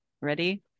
Ready